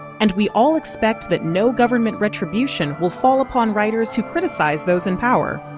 and we all expect that no government retribution will fall upon writers who criticize those in power.